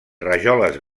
rajoles